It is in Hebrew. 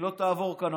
היא לא תעבור כאן,